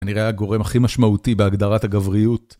כנראה הגורם הכי משמעותי בהגדרת הגבריות.